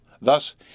Thus